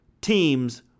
teams